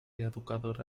educadora